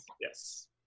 yes